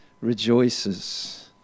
rejoices